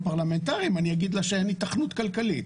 הפרלמנטריים אני אגיד לה שאין היתכנות כלכלית,